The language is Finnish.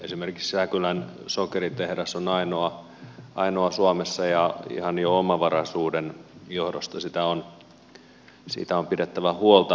esimerkiksi säkylän sokeritehdas on ainoa suomessa ja ihan jo omavaraisuuden johdosta siitä on pidettävä huolta